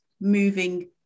moving